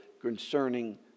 concerning